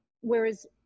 whereas